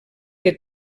que